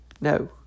No